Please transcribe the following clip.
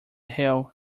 hill